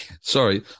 sorry